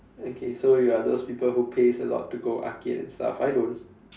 okay so you are those people who pays a lot to go to arcade and stuff I don't